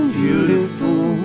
beautiful